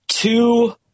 Two